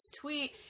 tweet